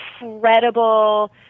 incredible